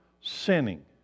sinning